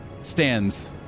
stands